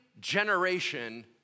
generation